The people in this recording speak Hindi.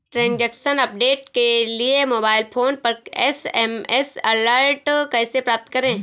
ट्रैन्ज़ैक्शन अपडेट के लिए मोबाइल फोन पर एस.एम.एस अलर्ट कैसे प्राप्त करें?